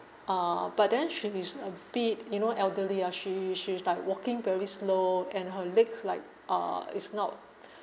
uh but then she is a bit you know elderly ah she she's like walking very slow and her legs like uh it's not